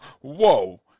whoa